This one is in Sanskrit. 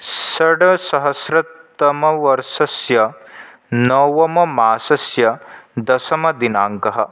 सड्सहस्रतमवर्षस्य नवममासस्य दशमदिनाङ्कः